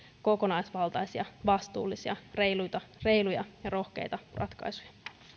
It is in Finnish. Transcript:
kokonaisvaltaisia vastuullisia reiluja reiluja ja rohkeita ratkaisuja